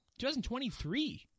2023